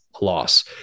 loss